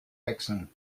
wechseln